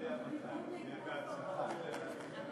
והשר לביטחון פנים, אתה מתבקש לעלות לדוכן.